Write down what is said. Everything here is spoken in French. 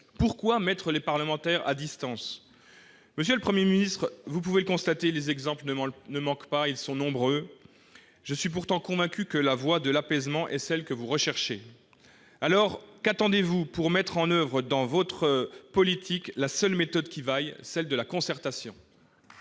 Pourquoi les mettre à distance ? Monsieur le Premier ministre, comme vous pouvez le constater, les exemples ne manquent pas. Ils sont nombreux. Je suis pourtant convaincu que la voie de l'apaisement est celle que vous recherchez. Alors, qu'attendez-vous pour mettre en oeuvre dans votre politique la seule méthode qui vaille, celle de la concertation ?